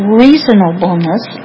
reasonableness